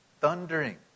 thundering